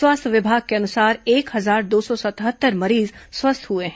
स्वास्थ्य विभाग के अनुसार एक हजार दो सौ सतहत्तर मरीज स्वस्थ हुए हैं